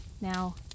now